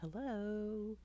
Hello